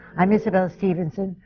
i'm isabelle stevenson,